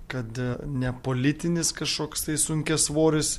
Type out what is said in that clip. kad nepolitinis kažkoks tai sunkiasvoris